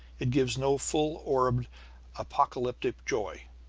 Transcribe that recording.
it gives no full-orbed apocalyptic joy.